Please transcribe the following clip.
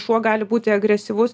šuo gali būti agresyvus